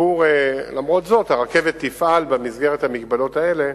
למרות זאת, הרכבת תפעל במסגרת המגבלות האלה